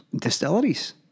distilleries